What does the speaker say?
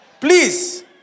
Please